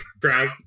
crowd